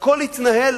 והכול יתנהל